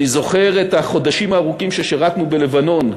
אני זוכר את החודשים הארוכים ששירתנו בלבנון,